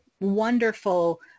wonderful